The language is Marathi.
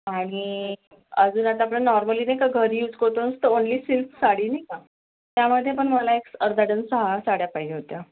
आणि अजून आता आपण नॉर्मली नाही का घरी यूज करतो नुसतं ओन्ली सिल्क साडी नाही का त्यामध्ये पण मला एक अर्धा डजन सहा साड्या पाहिजे होत्या